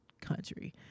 country